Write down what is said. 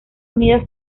unidas